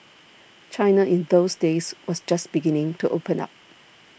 China in those days was just beginning to open up